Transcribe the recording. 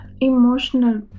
emotional